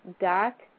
dot